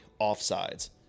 offsides